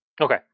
Okay